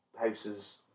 houses